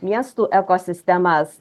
miestų ekosistemas